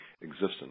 existence